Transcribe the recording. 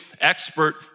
expert